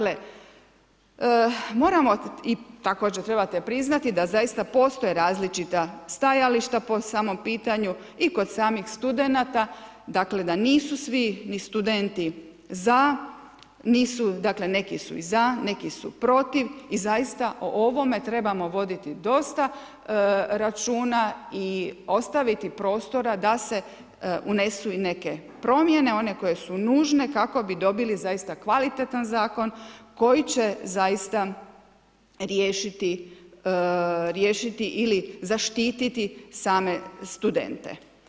Također trebate priznati da zaista postoje različita stajališta po samom pitanju i kod samih studenata dakle da nisu svi ni studenti za, dakle neki su i za, neki su protiv i zaista o ovome trebamo voditi dosta računa i ostaviti prostora da se unesu i neke promjene one koje su nužne kako bi dobili kvalitetan zakon koji će riješiti ili zaštititi same studente.